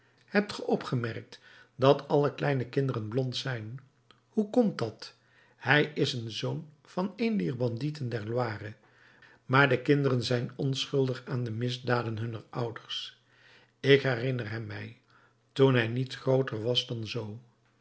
hebt ge opgemerkt dat alle kleine kinderen blond zijn hoe komt dat hij is een zoon van een dier bandieten der loire maar de kinderen zijn onschuldig aan de misdaden hunner ouders ik herinner hem mij toen hij niet grooter was dan zoo